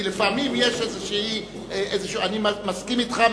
אני מסכים אתך,